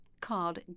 called